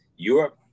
Europe